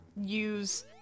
use